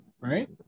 right